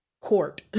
court